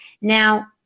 now